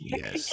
yes